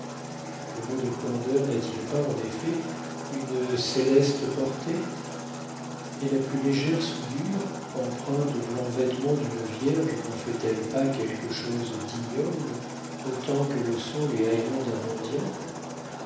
le mot de candeur n'a-t-il pas en effet une céleste portée et la plus légère souillure empreinte au blanc vêtement d'une vierge n'en fait-elle pas quelque chose d'ignoble autant que le sont les haillons d'un mendiant